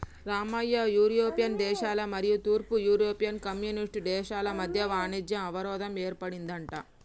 Ramayya European దేశాల మరియు తూర్పు యూరోపియన్ కమ్యూనిస్ట్ దేశాల మధ్య వాణిజ్య అవరోధం ఏర్పడిందంట